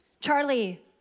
Charlie